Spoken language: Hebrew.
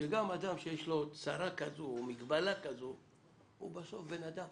שגם אדם שיש לו צרה כזו או מגבלה כזו הוא בסוף בן אדם